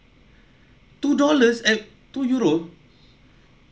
two dollars eh two euro